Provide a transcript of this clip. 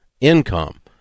income